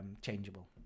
changeable